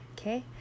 okay